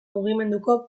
mugimenduko